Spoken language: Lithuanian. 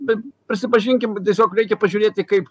bet prisipažinkim tiesiog reikia pažiūrėti kaip